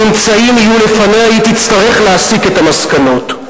הממצאים יהיו לפניה, היא תצטרך להסיק את המסקנות.